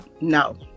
No